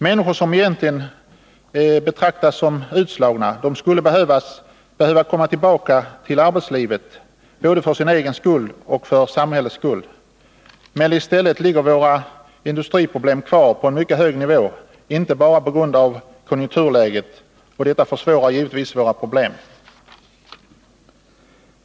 Människor som egentligen betraktas som utslagna skulle behöva komma tillbaka till arbetslivet, både för sin egen skull och för samhällets skull. Men i stället ligger våra industriproblem kvar på en mycket hög nivå, inte bara på grund av konjunkturläget, och detta försvårar givetvis situationen.